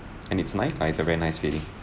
and it's nice lah it's a very nice feeling